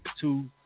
two